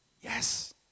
Yes